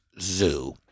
zoo